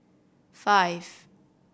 five